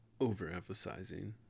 overemphasizing